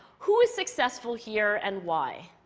who is successful here and why?